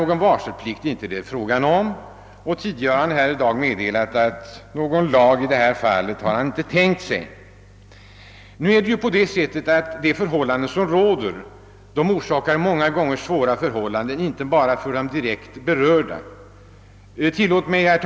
Någon varselplikt är det dock inte fråga om, framhöll statsrådet, som också tidigare i dag förklarat att han inte har tänkt sig någon lag i det fallet. De förhållanden som nu råder medför emellertid stora svårigheter inte bara för de direkt berörda utan även för andra.